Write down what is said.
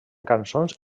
cançons